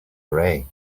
array